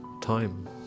time